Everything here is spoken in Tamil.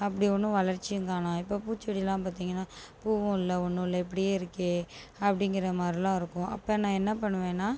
அப்படி ஒன்றும் வளர்ச்சியும் காணும் இப்போது பூச்செடி எல்லாம் பார்த்திங்கன்னா பூவும் இல்லை ஒன்றும் இல்லை இப்படியே இருக்கே அப்படிங்குற மாறியெலாம் இருக்கும் அப்போ நான் என்ன பண்ணுவேனா